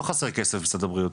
לא חסר כסף למשרד הבריאות,